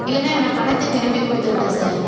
இல்லைன்னா என்னை பணத்தை திரும்பி கொடுத்துடுங்க சார்